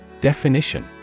Definition